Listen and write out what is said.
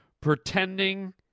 pretending